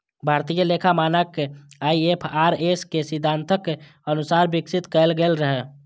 भारतीय लेखा मानक आई.एफ.आर.एस के सिद्धांतक अनुसार विकसित कैल गेल रहै